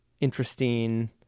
interesting